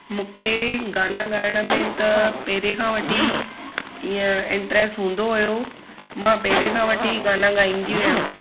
मूंखे गाना गाइण में त पहिरें खां वठी ईअं इंट्रैस्ट हूंदो हुयो मां पहिरें खां वठी गाना गाईंदी हुयमि